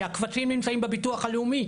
כי הקבצים נמצאים בביטוח הלאומי,